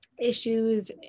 issues